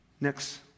Next